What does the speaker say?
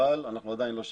אבל אנחנו עדיין לא שם.